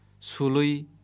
sului